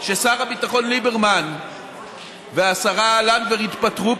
כששר הביטחון ליברמן והשרה לנדבר התפטרו,